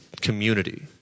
community